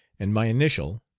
and my initial,